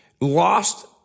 lost